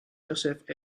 joseph